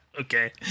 Okay